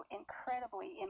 incredibly